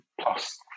plus